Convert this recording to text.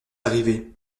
arrivé